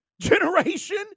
generation